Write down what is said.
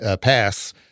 pass